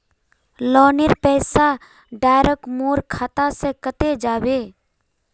लोनेर पैसा डायरक मोर खाता से कते जाबे?